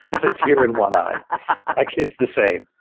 there's a tear in one eye! my kids, the same.